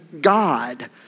God